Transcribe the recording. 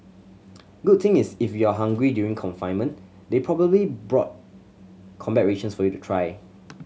good thing is if you're hungry during confinement they probably bought combat rations for you to try